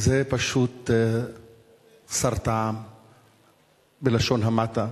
זה פשוט סר טעם בלשון המעטה.